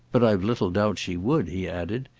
but i've little doubt she would, he added,